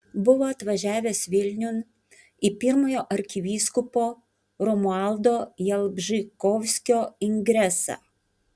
buvo atvažiavęs vilniun į pirmojo arkivyskupo romualdo jalbžykovskio ingresą